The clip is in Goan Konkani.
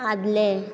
आदलें